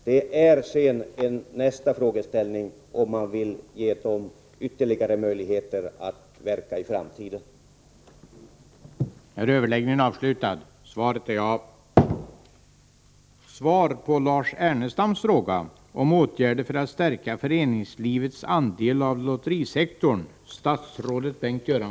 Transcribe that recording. Sedan är nästa frågeställning om man vill ge stiftelsen ytterligare möjligheter att verka i framtiden.